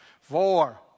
Four